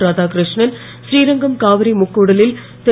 இராதாகிருஷ்ணன் ஸ்ரீரங்கம் காவிரி முக்கூடலில் திரு